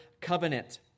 covenant